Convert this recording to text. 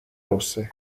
rosse